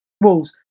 Wolves